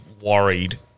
worried